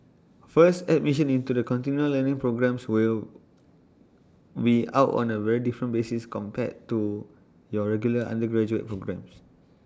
first admission into the continual learning programmes will be out on A very different basis compared to your regular undergraduate programmes